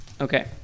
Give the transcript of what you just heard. Okay